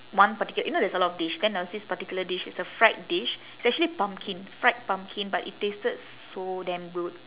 one particular you know there's a lot of dish then there was this particular dish it's a fried dish it's actually pumpkin fried pumpkin but it tasted so damn good